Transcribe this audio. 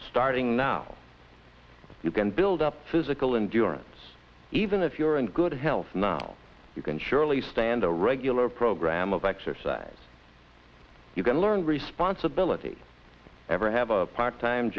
starting now you can build up physical and durrance even if you're in good health now you can surely stand a regular program of exercise you can learn responsibility ever have a part time